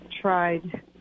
tried